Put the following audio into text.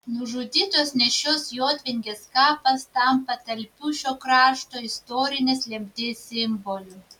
nužudytos nėščios jotvingės kapas tampa talpiu šio krašto istorinės lemties simboliu